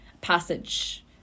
passage